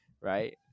right